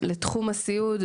לתחום הסיעוד,